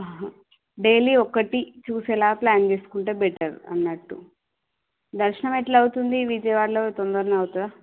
ఆ హా డైలీ ఒకటి చూసేలా ప్లాన్ చేసుకుంటే బెటర్ అన్నట్టు దర్శనం ఎట్లా అవుతుంది విజయవాడలో తొందరనే అవుతుందా